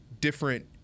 different